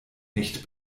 nicht